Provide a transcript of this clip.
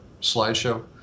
slideshow